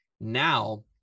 Now